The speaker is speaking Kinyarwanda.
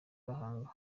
gahanga